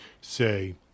say